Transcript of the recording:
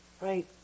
right